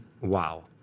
Wow